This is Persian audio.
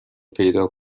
پیدا